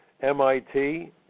MIT